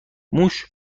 موش